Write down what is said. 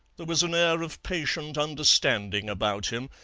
there was an air of patient understanding about him,